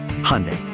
Hyundai